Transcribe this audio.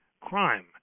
crime